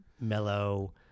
mellow